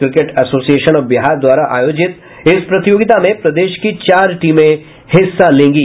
cricket association of Bihar द्वारा आयोजित इस प्रतियोगिता में प्रदेश की चार टीमें हिस्सा ले रही हैं